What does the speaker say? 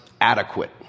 adequate